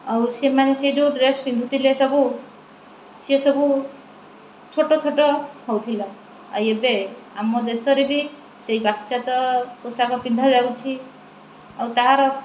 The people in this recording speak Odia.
ଆଉ ସେମାନେ ସେ ଯେଉଁ ଡ୍ରେସ୍ ପିନ୍ଧୁଥିଲେ ସବୁ ସିଏ ସବୁ ଛୋଟ ଛୋଟ ହେଉଥିଲା ଆଉ ଏବେ ଆମ ଦେଶରେ ବି ସେଇ ପାଶ୍ଚାତ୍ୟ ପୋଷାକ ପିନ୍ଧାଯାଉଛି ଆଉ ତାହାର